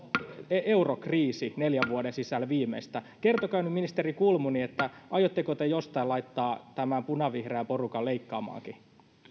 eurokriisi neljän vuoden sisällä viimeistään kertokaa nyt ministeri kulmuni aiotteko te jostain laittaa tämän punavihreän porukan leikkaamaankin